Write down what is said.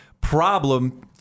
problem